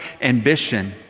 ambition